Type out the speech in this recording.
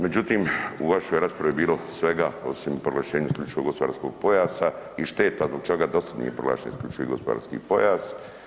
Međutim, u vašoj raspravi je bilo svega osim proglašenja isključivog gospodarskog pojasa i šteta zbog čega do sad nije proglašen isključivi gospodarski pojas.